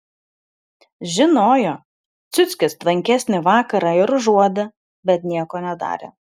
žinojo ciuckis tvankesnį vakarą ir užuodė bet nieko nedarė